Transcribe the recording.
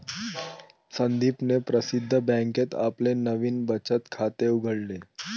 संदीपने प्रसिद्ध बँकेत आपले नवीन बचत खाते उघडले